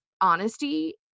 honesty